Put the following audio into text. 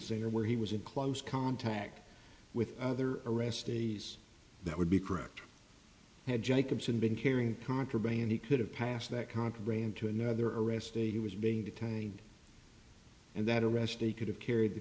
center where he was in close contact with other arrestees that would be correct had jacobsen been carrying contraband he could have passed that contrail into another arrest state he was being detained and that arrest they could have carried the